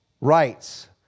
Rights